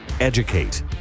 educate